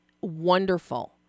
Wonderful